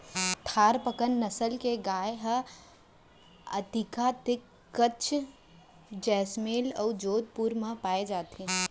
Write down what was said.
थारपकर नसल के गाय ह अधिकतर कच्छ, जैसलमेर अउ जोधपुर म पाए जाथे